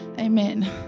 Amen